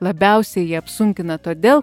labiausiai ji apsunkina todėl